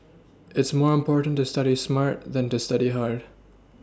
it's more important to study smart than to study hard